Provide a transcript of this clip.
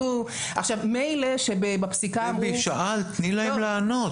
דבי, שאלת תני להם לענות.